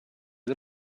del